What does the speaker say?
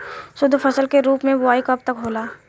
शुद्धफसल के रूप में बुआई कब तक होला?